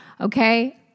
Okay